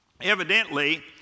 Evidently